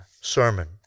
sermon